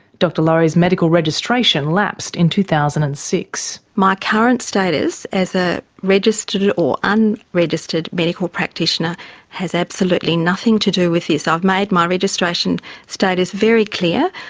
dr laurie's medical registration lapsed in two thousand and six. my current status as a registered or and unregistered medical practitioner has absolutely nothing to do with this. i've made my registration status very clear.